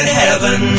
heaven